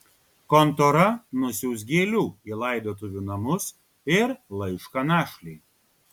kontora nusiųs gėlių į laidotuvių namus ir laišką našlei